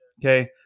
okay